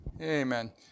Amen